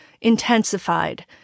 intensified